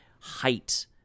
height